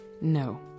No